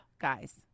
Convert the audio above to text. guys